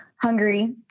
Hungary